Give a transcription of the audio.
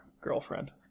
girlfriend